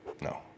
no